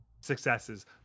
successes